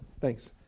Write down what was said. Thanks